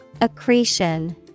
Accretion